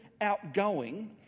outgoing